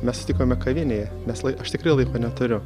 mes sutikome kavinėje mes aš tikrai laiko neturiu